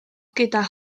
gyda